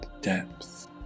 depth